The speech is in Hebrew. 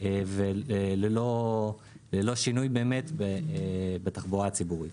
ללא שינוי בתחבורה הציבורית.